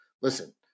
listen